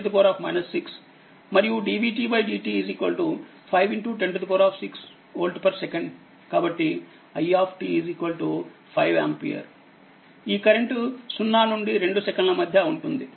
C 10 6మరియు dvdt 5 106వోల్ట్ second కాబట్టి i 5ఆంపియర్ ఈ కరెంట్0 నుండి 2 సెకన్ల మధ్య ఉంటుంది